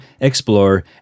explore